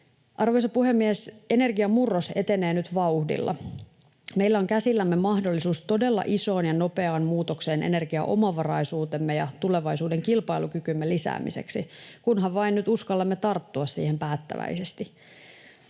Arvoisa puhemies! Energiamurros etenee nyt vauhdilla. Meillä on käsillämme mahdollisuus todella isoon ja nopeaan muutokseen energiaomavaraisuutemme ja tulevaisuuden kilpailukykymme lisäämiseksi — kunhan vain nyt uskallamme tarttua siihen päättäväisesti.